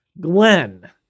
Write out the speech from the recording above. Glenn